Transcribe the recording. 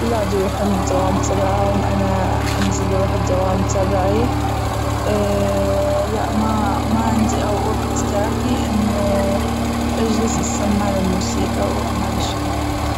ولادي يروحون الدوام تبعهم وأنا أنزل أروح الدوام تبعي لأ ماعندي وقت كافي أنه أجلس أتسمع للموسيجى وهذي الشغلات.